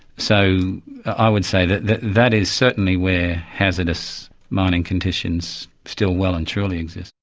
so i would say that that that is certainly where hazardous mining conditions still well and truly exist.